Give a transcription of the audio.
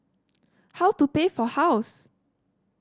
how to pay for house